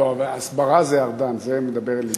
לא, אבל הסברה זה ארדן, זה מדבר אל לבי.